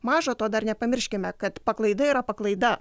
maža to dar nepamirškime kad paklaida yra paklaida